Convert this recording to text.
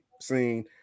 scene